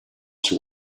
she